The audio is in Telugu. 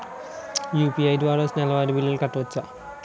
యు.పి.ఐ ద్వారా నెలసరి బిల్లులు కట్టవచ్చా?